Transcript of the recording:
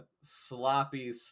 sloppy